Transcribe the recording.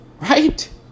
Right